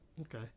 okay